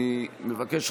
אני מבקש,